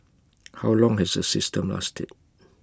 how long has the system lasted